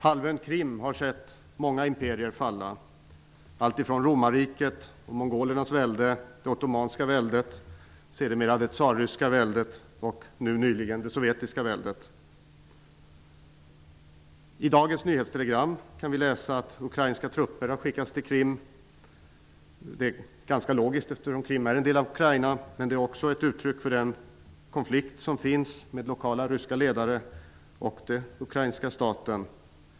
Halvön Krim har sett många imperier falla alltifrån Romarriket, mongolernas välde, det ottomanska väldet, sedermera det tsarryska väldet och nyligen det sovjetiska väldet. I dagens nyhetstelegram kan vi läsa att ukrainska trupper har skickats till Krim. Det är ganska logiskt, eftersom Krim är en del av Ukraina. Men det är också ett uttryck för den konflikt som finns med lokala ryska ledare och den ukrainska staten.